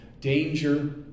danger